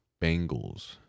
Bengals